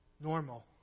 normal